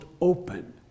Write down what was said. open